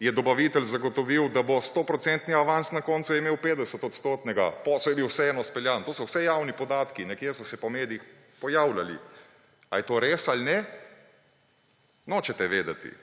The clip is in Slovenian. je dobavitelj zagotovil, da bo 100-odstotni avans na koncu imel 50-odstotnega, posel je bil vseeno izpeljan. To so vse javni podatki. Nekje so se po medijih pojavljali. A je to res ali ne, nočete vedeti.